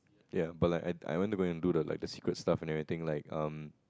ya but like I I went to go and do the like the secret stuff and everything like um